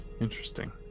interesting